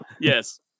Yes